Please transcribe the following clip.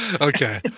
Okay